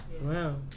Wow